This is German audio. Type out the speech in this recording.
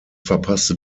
verpasste